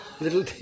little